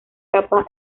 capa